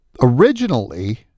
Originally